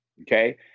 Okay